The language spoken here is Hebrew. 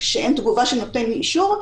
כשאין תגובה של נותן אישור,